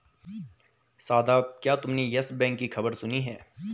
शादाब, क्या तुमने यस बैंक की खबर सुनी है?